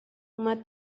uma